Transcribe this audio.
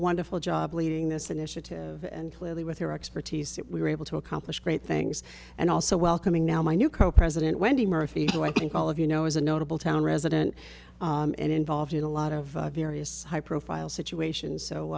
wonderful job leading this initiative and clearly with your expertise that we were able to accomplish great things and also welcoming now my new co president wendy murphy who i think all of you know is a notable town resident and involved in a lot of various high profile situations so